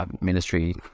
ministry